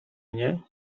mnie